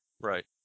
Right